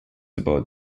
about